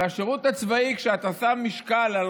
כשאתה שם משקל על